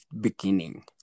beginning